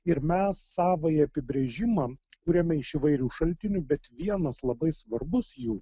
ir mes savąjį apibrėžimą kuriame iš įvairių šaltinių bet vienas labai svarbus jų